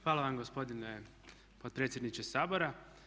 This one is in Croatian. Hvala vam gospodine potpredsjedniče Sabora.